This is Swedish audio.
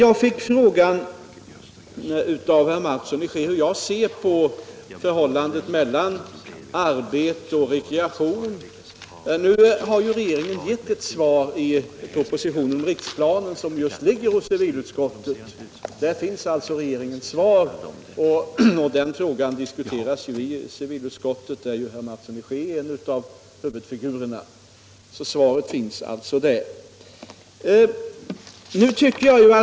Av herr Mattsson i Skee har jag fått frågan hur jag ser på förhållandet mellan arbete och rekreation. Nu har ju regeringen gett ett svar i propositionen om riksplanen, som just ligger hos civilutskottet. Den frågan diskuteras i civilutskottet, där herr Mattsson är en av huvudfigurerna, och regeringens svar finns alltså där.